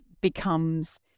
becomes